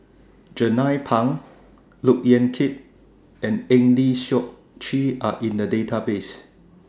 Jernnine Pang Look Yan Kit and Eng Lee Seok Chee Are in The Database